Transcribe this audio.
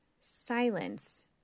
silence